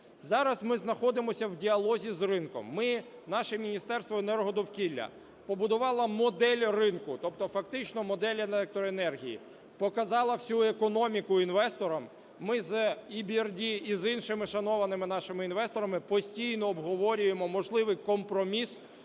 Зараз ми знаходимося в діалозі з ринком. Ми, наше Міністерство енергодовкілля побудувало модель, тобто фактично модель електроенергії, показало всю економіку інвесторам, ми з EBRD і з іншими шанованими нашими інвесторами постійно обговорюємо можливий компроміс